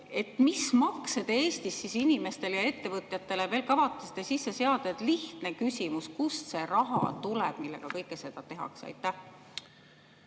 Mis makse te Eestis inimestele ja ettevõtjatele veel kavatsete sisse seada? Lihtne küsimus: kust see raha tuleb, millega kõike seda tehakse? Aitäh!